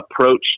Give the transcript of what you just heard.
approach